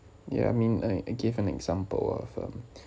ya I mean I I gave an example from